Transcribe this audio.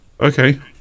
Okay